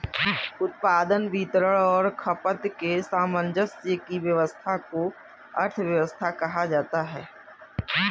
उत्पादन, वितरण और खपत के सामंजस्य की व्यस्वस्था को अर्थव्यवस्था कहा जाता है